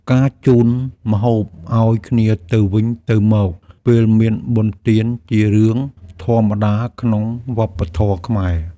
ការជូនម្ហូបឲ្យគ្នាទៅវិញទៅមកពេលមានបុណ្យទានជារឿងធម្មតាក្នុងវប្បធម៌ខ្មែរ។